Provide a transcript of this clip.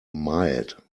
mild